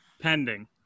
pending